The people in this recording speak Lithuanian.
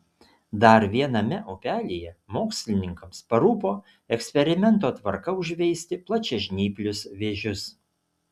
dar viename upelyje mokslininkams parūpo eksperimento tvarka užveisti plačiažnyplius vėžius